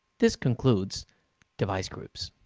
this concludes device groups.